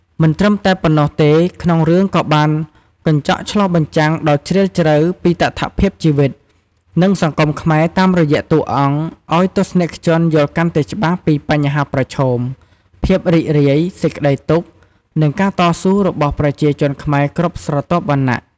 មិនត្រឹមតែប៉ុណ្ណោះទេ ក្នុងរឿងក៏បានកញ្ចក់ឆ្លុះបញ្ចាំងដ៏ជ្រាលជ្រៅពីតថភាពជីវិត និងសង្គមខ្មែរតាមរយះតួរអង្គអោយទស្សនិកជនយល់កាន់តែច្បាស់ពីបញ្ហាប្រឈម ភាពរីករាយ សេចក្តីទុក្ខ និងការតស៊ូរបស់ប្រជាជនខ្មែរគ្រប់ស្រទាប់វណ្ណៈ។